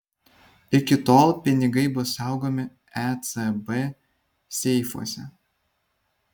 iki tol pinigai bus saugomi ecb seifuose